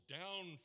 down